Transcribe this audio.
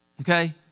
Okay